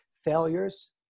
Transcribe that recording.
failures